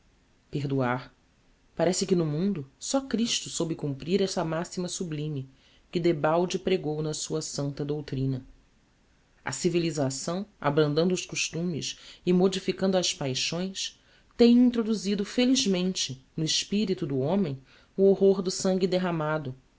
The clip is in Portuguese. perdoar parece que no mundo só christo soube cumprir essa maxima sublime que debalde prégou na sua santa doutrina a civilisação abrandando os costumes e modificando as paixões tem introduzido felizmente no espirito do homem o horror do sangue derramado